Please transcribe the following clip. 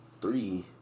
Three